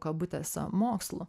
kabutėse mokslų